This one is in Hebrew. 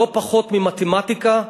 לא פחות ממתמטיקה ואנגלית.